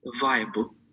viable